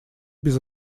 без